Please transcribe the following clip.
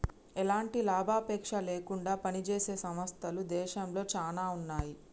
ఎలాంటి లాభాపేక్ష లేకుండా పనిజేసే సంస్థలు దేశంలో చానా ఉన్నాయి